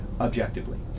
objectively